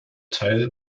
teil